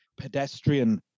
pedestrian